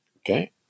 Okay